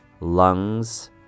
lungs